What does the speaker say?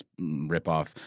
ripoff